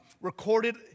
recorded